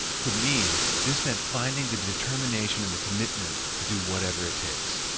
for me, this meant finding the determination and the commitment to do whatever it takes.